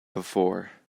before